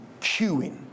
queuing